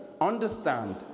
understand